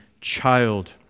child